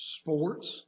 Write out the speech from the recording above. sports